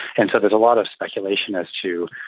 and so there's a lot of speculation as to,